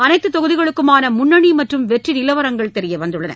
அனைத்து தொகுதிகளுக்குமான முன்னணி மற்றும் வெற்றி நிலவரங்கள் தெரிய வந்துள்ளன